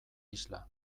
isla